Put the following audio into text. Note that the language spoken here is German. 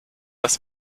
das